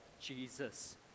Jesus